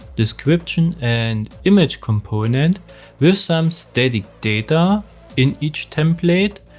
description, and images component with some static data in each template.